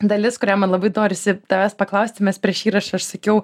dalis kurią man labai norisi tavęs paklausti nes prieš įrašą aš sakiau